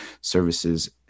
services